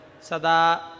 Sada